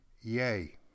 yay